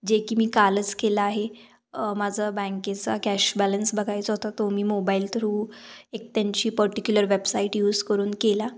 जे की मी कालच केलं आहे माझा बँकेचा कॅश बॅलन्स बघायचा होता तो मी मोबाइल थ्रू एक त्यांची पर्टिक्युलर वेबसाइट यूस करून केला